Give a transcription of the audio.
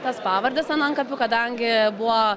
tas pavardes ant antkapių kadangi buvo